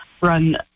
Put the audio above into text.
run